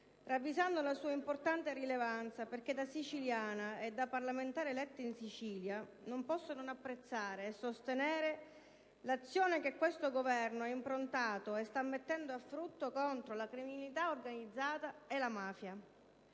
ravvisando la sua importante rilevanza perché, da siciliana e da parlamentare eletta in Sicilia, non posso non apprezzare e sostenere l'azione che questo Governo ha improntato e sta mettendo a frutto contro la criminalità organizzata e la mafia.